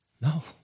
No